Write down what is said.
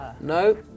No